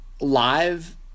live